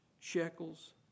shekels